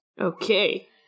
Okay